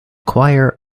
choir